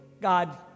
God